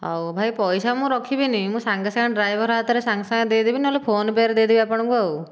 ହେଉ ଭାଇ ପଇସା ମୁଁ ରଖିବିନି ମୁଁ ସାଙ୍ଗେ ସାଙ୍ଗେ ଡ୍ରାଇଭର ହାତରେ ସାଙ୍ଗେ ସାଙ୍ଗେ ଦେଇଦେବି ନହେଲେ ଫୋନ୍ ପେ'ରେ ଦେଇଦେବି ଆପଣଙ୍କୁ ଆଉ